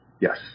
Yes